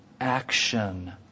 action